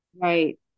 Right